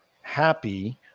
happy